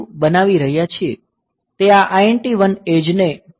2 બનાવી રહ્યા છીએ તે આ INT1 એડ્જને ટ્રિગર કરશે